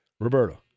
Roberto